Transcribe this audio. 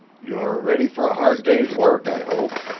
you're ready for a hard day's work, i hope.